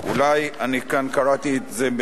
אולי אני כאן קראתי את זה,